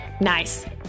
Nice